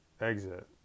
Exit